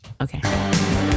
Okay